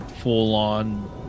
full-on